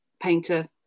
painter